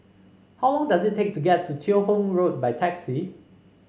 how long does it take to get to Teo Hong Road by taxi